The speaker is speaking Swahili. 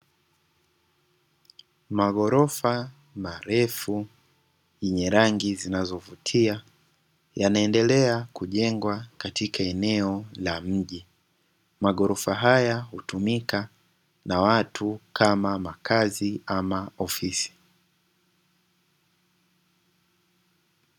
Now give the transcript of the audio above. Maghorofa marefu yenye rangi zinazovutia, yanaendelea kujengwa katika eneo la mji. Maghorofa haya hutumika na watu kama makazi ama ofisi.